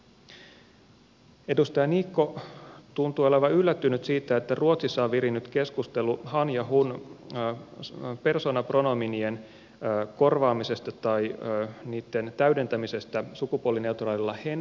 edustaja niikko tuntui olevan yllättynyt siitä että ruotsissa on virinnyt keskustelu han ja hon persoonapronominien korvaamisesta tai niitten täydentämisestä sukupuolineutraalilla hen pronominilla